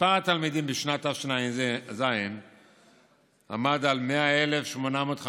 מספר התלמידים בשנת תשע"ז עמד על 100,854,